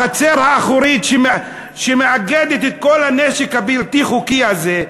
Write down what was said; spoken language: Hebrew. החצר האחורית שמאגדת את כל הנשק הבלתי-חוקי הזה,